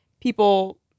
people